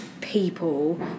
people